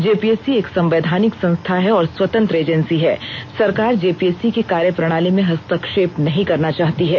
JPSC एक संवैधानिक संस्था है और स्वतंत्र एजेंसी है सरकार जेपीएससी की कार्यप्रणाली में हस्तक्षेप नहीं करना चाहती है